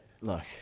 look